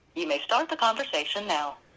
you may start the conversation now.